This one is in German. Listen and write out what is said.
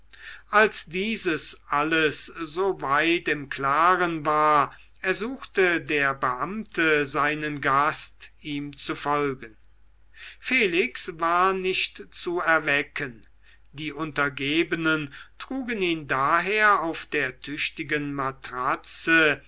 als dieses alles so weit im klaren war ersuchte der beamte seinen gast ihm zu folgen felix war nicht zu erwecken die untergebenen trugen ihn daher auf der tüchtigen matratze